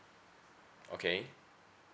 okay